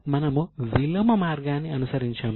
మనము విలోమ మార్గాన్ని అనుసరించాము